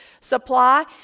supply